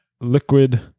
liquid